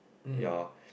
ya